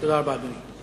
תודה רבה, אדוני.